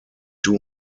two